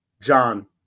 John